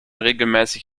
regelmäßig